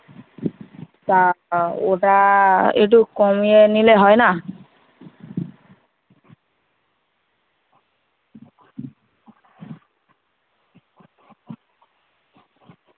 তা ওটা একটু কমিয়ে নিলে হয় না